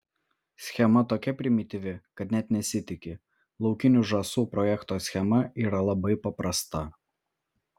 schema tokia primityvi kad net nesitiki laukinių žąsų projekto schema yra labai paprasta